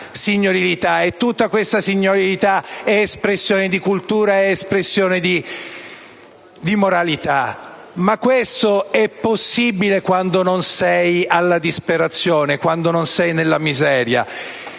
signorilità, e tutta questa signorilità è espressione di cultura e di moralità. Ma questo è possibile quando non sei alla disperazione, quando non sei nella miseria,